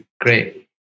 Great